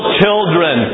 children